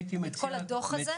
את כל הדו"ח הזה,